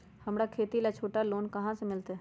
हमरा खेती ला छोटा लोने कहाँ से मिलतै?